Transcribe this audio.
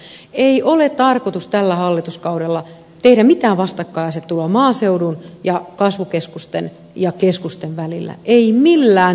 aivan lopuksi minä sanon vielä että ei ole tarkoitus tällä hallituskaudella tehdä mitään vastakkainasettelua maaseudun ja kasvukeskusten ja keskusten välillä ei millään tavalla